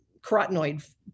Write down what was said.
carotenoid